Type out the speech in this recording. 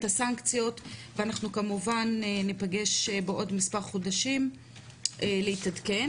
את הסנקציות ואנחנו כמובן נפגש בעוד מספר חודשים להתעדכן.